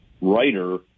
writer